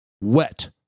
wet